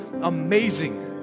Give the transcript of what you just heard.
amazing